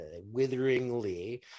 witheringly